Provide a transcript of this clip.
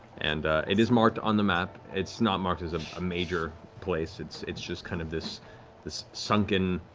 and it is marked on the map, it's not marked as a ah major place, it's it's just kind of this this sunken,